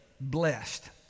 blessed